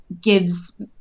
gives